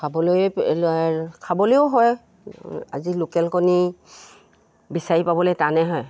খাবলৈয়ে খাবলৈয়ো হয় আজি লোকেল কণী বিচাৰি পাবলৈ টানে হয়